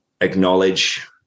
acknowledge